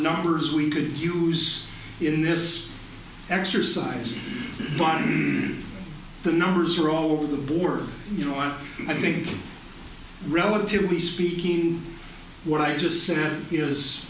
numbers we could use in this exercise the numbers were all over the board you are i think relatively speaking what i just said is